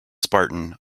spartan